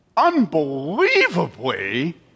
Unbelievably